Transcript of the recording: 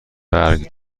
برگ